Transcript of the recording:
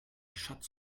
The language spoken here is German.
schatz